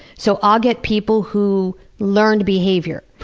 so, i'll get people who learned behavior.